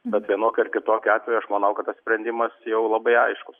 bet vienokiu ar kitokiu atveju aš manau kad tas sprendimas jau labai aiškus